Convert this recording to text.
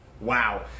Wow